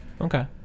Okay